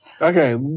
okay